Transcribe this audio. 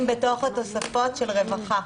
המעונות נמצאים בתוך התוספות של הרווחה.